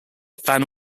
van